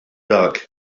dak